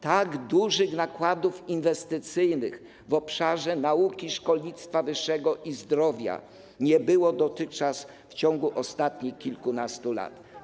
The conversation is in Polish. Tak dużych nakładów inwestycyjnych w obszarze nauki, szkolnictwa i zdrowia nie było dotychczas w ciągu ostatnich kilkunastu lat.